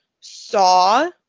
saw